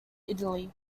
italy